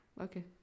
okay